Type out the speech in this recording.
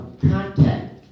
contact